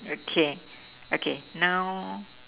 okay okay now